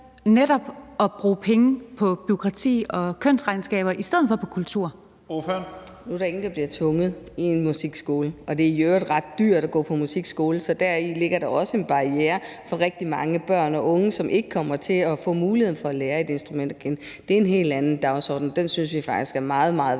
12:35 Charlotte Broman Mølbæk (SF): Nu er der ingen, der bliver tvunget i en musikskole, og det er i øvrigt ret dyrt at gå på musikskole, så deri ligger der også en barriere for rigtig mange børn og unge, som ikke kommer til at få muligheden for at lære et instrument at kende. Det er en helt anden dagsorden, og den synes vi faktisk er meget, meget vigtig